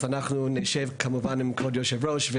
אנחנו כמובן נשב עם כבוד היושב-ראש.